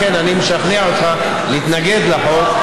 לכן אני משכנע אותך להתנגד לחוק,